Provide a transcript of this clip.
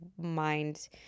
mind